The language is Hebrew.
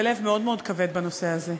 בלב מאוד מאוד כבד בנושא הזה.